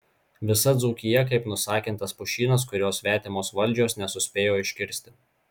visa dzūkija kaip nusakintas pušynas kurio svetimos valdžios nesuspėjo iškirsti